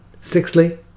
Sixthly